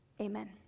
Amen